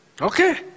Okay